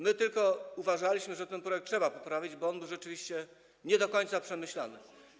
My tylko uważaliśmy, że ten projekt trzeba poprawić, bo on był rzeczywiście nie do końca przemyślany.